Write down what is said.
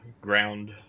ground